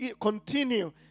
continue